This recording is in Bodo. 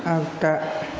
आगदा